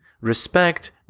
Respect